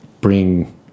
bring